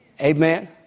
Amen